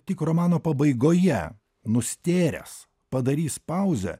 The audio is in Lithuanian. tik romano pabaigoje nustėręs padarys pauzę